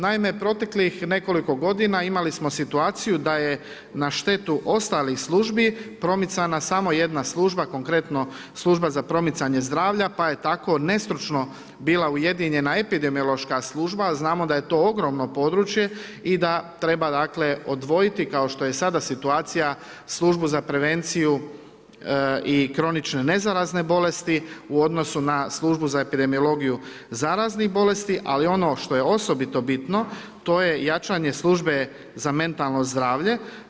Naime, proteklih nekoliko godina imali smo situaciju da je na štetu ostalih službi, promicana samo jedna služba, konkretno Služba za promicanje zdravlja, pa je tako nestručno bila ujedinjena epidemološka služba, a znamo da je to ogromno područje i da treba dakle odvojiti kao što je sada situacija, Službu za prevenciju i kronične nezarazne bolesti u odnosu na Službu za epidemologiju zaraznih bolesti, ali ono što je osobito bitno, to je jačanje Službe za mentalno zdravlje.